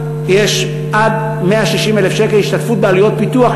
יש עד 160,000 שקל השתתפות בעלויות פיתוח,